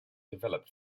developed